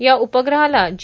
या उपग्रहाला जी